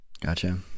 gotcha